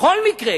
בכל מקרה,